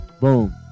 Boom